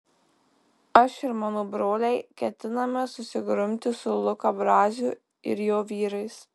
aš ir mano broliai ketiname susigrumti su luka braziu ir jo vyrais